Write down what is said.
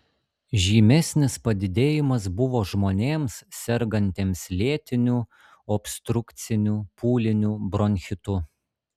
žymesnis padidėjimas buvo žmonėms sergantiems lėtiniu obstrukciniu pūliniu bronchitu